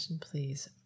please